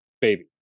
baby